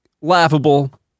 laughable